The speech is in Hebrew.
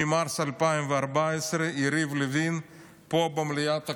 ממרץ 2014, יריב לוין, פה במליאת הכנסת,